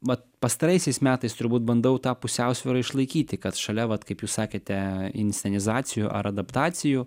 vat pastaraisiais metais turbūt bandau tą pusiausvyrą išlaikyti kad šalia vat kaip jūs sakėte inscenizacijų ar adaptacijų